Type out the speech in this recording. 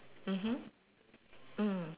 mmhmm mm